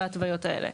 בהתוויות האלה.